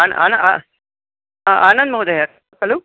अनन्तरं महोदय खलु